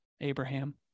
Abraham